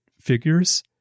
figures